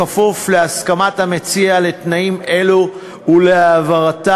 בכפוף להסכמת המציע לתנאים אלו, ולהעבירה